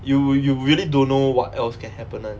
you you really don't know what else can happen [one]